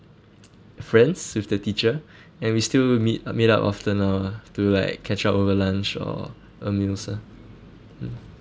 friends with the teacher and we still meet uh meet up often now lah to like catch up over lunch or a meal ah mm